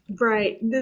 Right